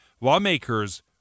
lawmakers